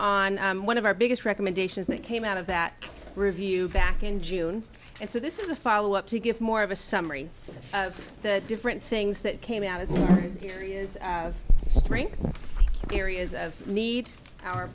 on one of our biggest recommendations that came out of that review back in june and so this is a follow up to give more of a summary of the different things that came out as areas of strength areas of need our